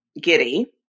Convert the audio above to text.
giddy